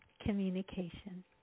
communication